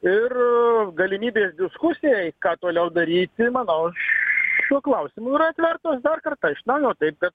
ir galimybės diskusijai ką toliau daryti manau šiuo klausimu yra atvertos dar kartą iš naujo taip kad